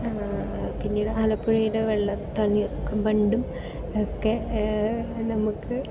പിന്നീട് ആലപ്പുഴയിൽ വെള്ളം തണ്ണീർ മുക്കം ബണ്ടും ഒക്കെ നമുക്ക്